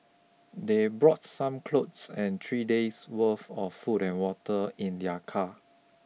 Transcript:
they brought some clothes and three days' worth of food and water in their car